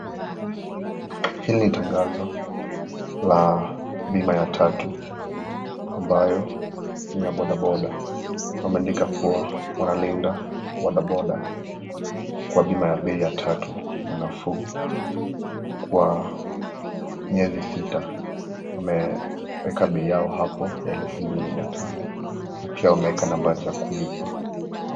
Hili ni tangazo la bima ya tatu ambayo ni ya bodaboda . Wameandika kuwa wanalinda bodaboda kwa bima ya bei ya tatu ya nafuu kwa kWa miezi sita . Wameiweka bei yake hapo ya Elfu mbili mia tano na pia wameiweka nambari ya kulipa.